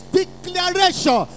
declaration